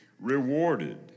rewarded